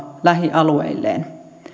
lähialueilleen